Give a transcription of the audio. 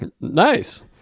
Nice